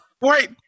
wait